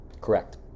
Correct